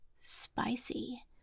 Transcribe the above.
spicy